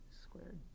squared